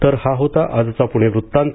तर हा होता आजचा पुणे वृत्तांत